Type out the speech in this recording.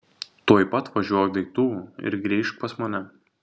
tuoj pat važiuok daiktų ir grįžk pas mane